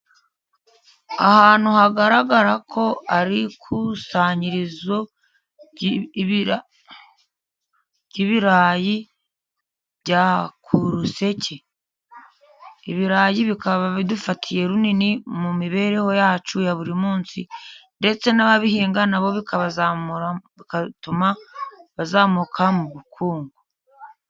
Ahantu hagaragara ko ari ku ikusanyirizo ry' ibira by'ibirayi bya Kuruseke. Ibirayi bikaba bidufatiye runini mu mibereho yacu ya buri munsi ,ndetse n'ababihinga na bo bikabazamura, bigatuma bazamuka mu bukungu.